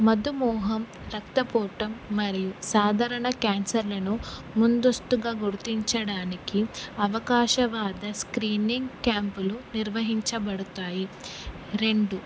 మధుమోహం రక్తపోటు మరియు సాధారణ క్యాన్సర్లను ముందస్తుగా గుర్తించడానికి అవకాశవాద స్క్రీనింగ్ క్యాంపులు నిర్వహించబడతాయి రెండు